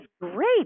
great